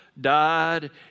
died